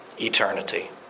eternity